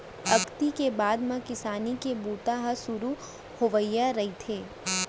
अक्ती के बाद म किसानी के बूता ह सुरू होवइया रहिथे